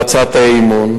בהצעות חוק,